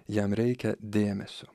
jam reikia dėmesio